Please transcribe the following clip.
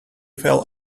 fell